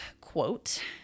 quote